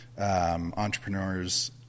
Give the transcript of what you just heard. entrepreneurs